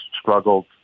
struggled